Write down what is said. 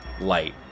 light